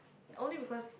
only because